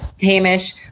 Hamish